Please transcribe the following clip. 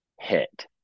hit